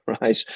Right